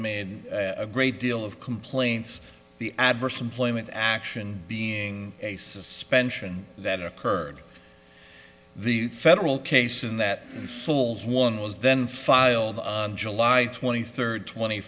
made a great deal of complaints the adverse employment action being a suspension that occurred the federal case in that folds one was then filed july twenty third twenty